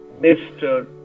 Mr